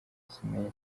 kuzimenya